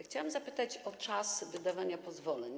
Chciałabym zapytać o czas wydawania pozwoleń.